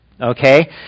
okay